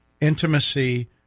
intimacy